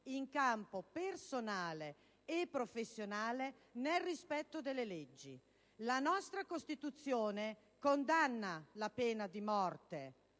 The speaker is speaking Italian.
in campo personale e professionale nel rispetto delle leggi. La nostra Costituzione condanna la pena di morte.